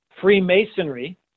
Freemasonry